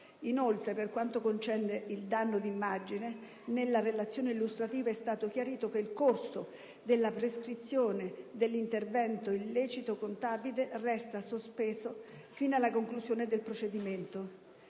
Inoltre, per quanto concerne il danno di immagine, nella relazione illustrativa è stato chiarito che «il corso della prescrizione dell'eventuale illecito contabile resta sospeso fino alla conclusione del procedimento